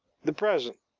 the present,